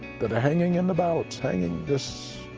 that are hanging in the balance, hanging, just,